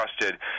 trusted